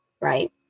Right